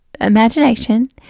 imagination